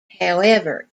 however